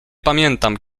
pamiętam